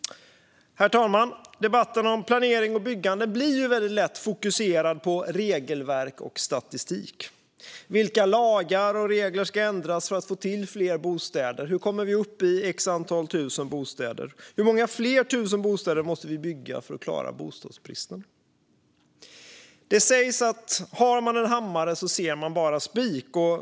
Herr talman! Debatten om planering och byggande blir väldigt lätt fokuserad på regelverk och statistik. Vilka lagar och regler ska ändras för att få till fler bostäder? Hur kommer vi upp i så och så många tusen bostäder? Hur många fler tusen bostäder måste vi bygga för att klara bostadsbristen? Det sägs att har man en hammare ser man bara spik.